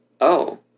Oh